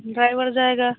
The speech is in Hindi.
ड्राईवर जाएगा